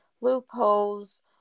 loopholes